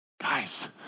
Guys